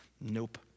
Nope